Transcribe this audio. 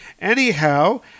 anyhow